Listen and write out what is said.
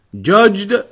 judged